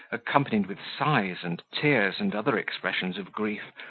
accompanied with sighs and tears and other expressions of grief,